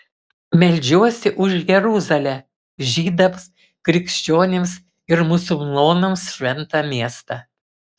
meldžiuosi už jeruzalę žydams krikščionims ir musulmonams šventą miestą